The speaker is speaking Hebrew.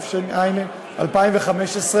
התשע"ה 2015,